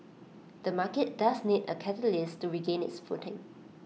the market does need A catalyst to regain its footing